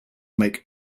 make